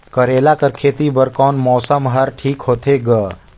करेला कर खेती बर कोन मौसम हर ठीक होथे ग?